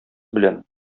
белән